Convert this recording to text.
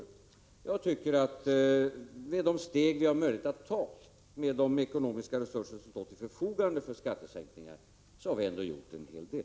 Jag tycker att vi, med de steg vi har möjlighet att ta och de ekonomiska resurser som står till förfogande för skattesänkningar, ändå har gjort en hel del.